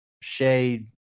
Shade